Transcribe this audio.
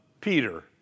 Peter